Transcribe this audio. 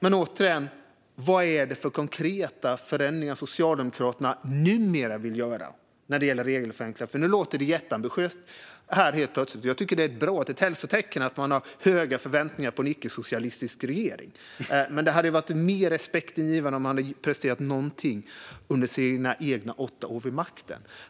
Men återigen: Vad är det för konkreta förändringar som Socialdemokraterna numera vill göra när det gäller regelförenklingar? Nu låter det nämligen jätteambitiöst här helt plötsligt. Jag tycker att det är bra. Det är ett hälsotecken att man har stora förväntningar på en icke-socialistisk regering. Men det hade varit mer respektingivande om man hade presterat någonting under sina egna åtta år vid makten.